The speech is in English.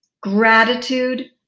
Gratitude